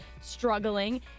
struggling